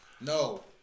No